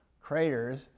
craters